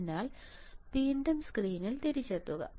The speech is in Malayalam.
അതിനാൽ വീണ്ടും സ്ക്രീനിൽ തിരിച്ചെത്തുക